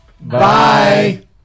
Bye